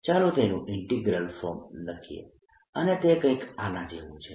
ચાલો તેનું integral form લખીએ અને તે કંઈક આના જેવું છે